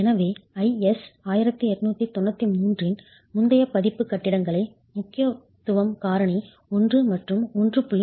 எனவே IS 1893 இன் முந்தைய பதிப்பு கட்டிடங்களை முக்கியத்துவம் காரணி 1 மற்றும் 1